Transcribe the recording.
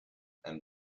and